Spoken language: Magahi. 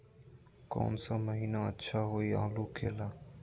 कौन सा महीना अच्छा होइ आलू के ला?